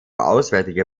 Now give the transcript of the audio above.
auswärtige